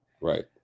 Right